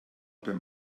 beim